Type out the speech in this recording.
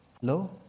Hello